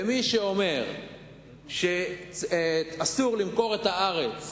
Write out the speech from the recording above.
ומי שאומר שאסור למכור את הארץ